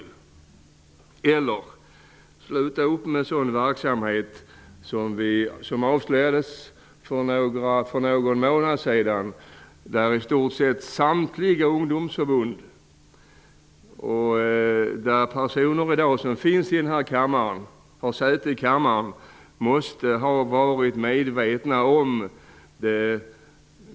Man kan också sluta med sådan verksamhet som avslöjades för någon månad sedan, där i stort sett samtliga ungdomsförbund var inblandade. Personer som i dag har säte i kammaren måste ha varit medvetna om detta.